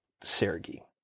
Sergey